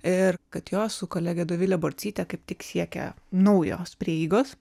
ir kad jos su kolege dovile borcyte kaip tik siekia naujos prieigos